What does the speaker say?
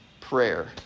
prayer